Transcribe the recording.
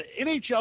NHL